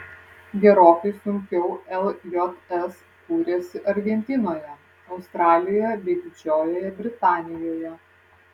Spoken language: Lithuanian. gerokai sunkiau ljs kūrėsi argentinoje australijoje bei didžiojoje britanijoje